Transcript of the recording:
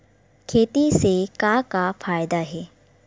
खेती से का का फ़ायदा हे?